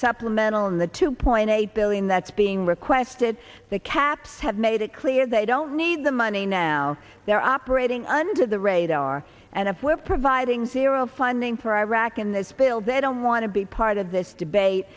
supplemental on the two point eight billion that's being requested the caps have made it clear they don't need the money now they're operating under the radar and if we're providing zero funding for iraq in this bill they don't want to be part of this debate